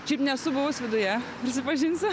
šiaip nesu buvus viduje prisipažinsiu